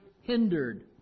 hindered